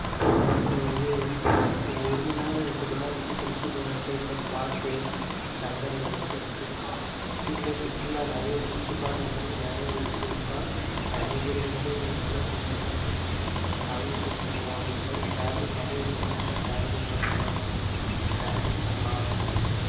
கோ இது ஆனா கு ஒரு மணிநேரம் ரெண்டு மணிநேரம் வந்து கும்பிட்டு போகிற இடத்துல இது மாதிரி பார்க்கு தங்குகிற இடமும் சுற்று சுற்றிலும் சுற்றுலா நிறையா சுத்தி பார்க்குற மாதிரி நிறையா இது வைத்தா நிறையா பேர் வந்து நல்லா சுற்றி பார்த்து சாமி கும்பிட்டு போவாங்க இதுமாதிரி ட்ராவலிங் நிறையா இடத்துல நல்லா ட்ராவலிங் பண்ணுறமாரி இருக்கணும் ட்ராவலிங் பண்ணலாம்